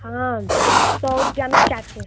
हाँ सौ रुपिया में चार ठी